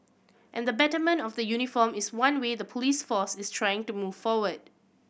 and the betterment of the uniform is one way the police force is trying to move forward